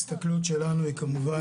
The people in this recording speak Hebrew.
ההסתכלות שלנו היא כמובן